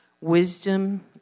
Wisdom